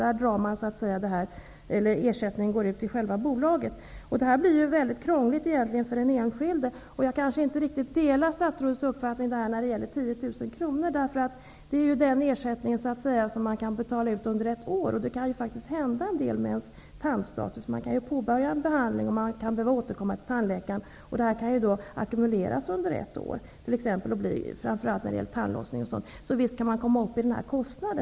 Ersättningen betalas till bolaget. Det blir då väldigt krångligt för den enskilde. Jag kanske inte delar statsrådets uppfattning när det gäller beloppet 10 000 kr. Det avser ju ett helt år, och det kan faktiskt hända en del med ens tandstatus under ett år. Man behöver kanske återkomma till tandläkaren, och ersättningarna kan ackumuleras, t.ex. vid tandlossning. Visst kan man komma upp i denna summa.